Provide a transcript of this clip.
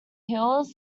hills